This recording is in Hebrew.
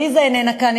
עליזה איננה כאן,